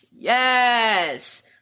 Yes